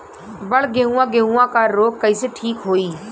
बड गेहूँवा गेहूँवा क रोग कईसे ठीक होई?